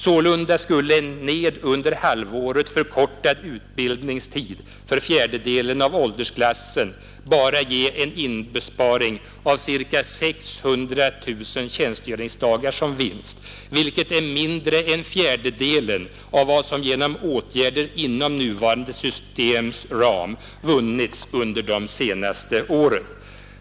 Sålunda skulle en till under halvåret förkortad utbildningstid för fjärdedelen av åldersklassen bara ge en inbesparing av cirka 600 000 tjänstgöringsdagar som vinst, vilket är mindre än fjärdedelen av vad som genom åtgärder inom nuvarande systems ram vunnits under de senaste åren.